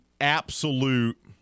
absolute